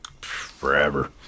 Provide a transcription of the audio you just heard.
forever